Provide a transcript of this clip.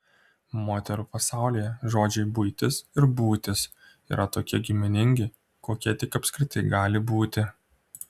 moterų pasaulyje žodžiai buitis ir būtis yra tokie giminingi kokie tik apskritai gali būti